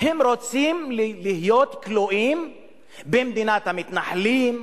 הם רוצים להיות כלואים במדינת המתנחלים,